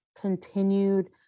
continued